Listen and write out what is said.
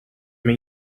mean